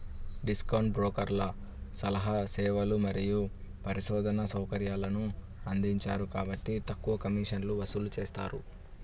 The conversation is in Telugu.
డిస్కౌంట్ బ్రోకర్లు సలహా సేవలు మరియు పరిశోధనా సౌకర్యాలను అందించరు కాబట్టి తక్కువ కమిషన్లను వసూలు చేస్తారు